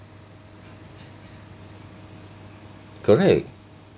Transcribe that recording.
correct